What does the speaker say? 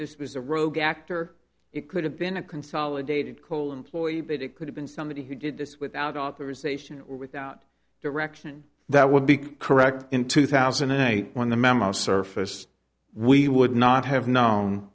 this was a rogue act or it could have been a consolidated call employee but it could have been somebody who did this without authorization or without direction that would be correct in two thousand and eight when the memo surface we would not have known